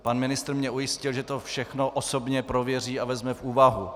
Pan ministr mě ujistil, že to všechno osobně prověří a vezme v úvahu.